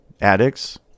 addicts